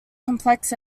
complex